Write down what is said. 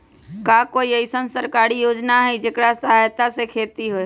का कोई अईसन सरकारी योजना है जेकरा सहायता से खेती होय?